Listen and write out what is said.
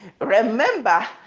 remember